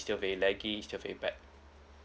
still very laggy still very bad